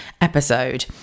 episode